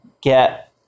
get